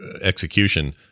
execution